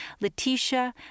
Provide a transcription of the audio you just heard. Letitia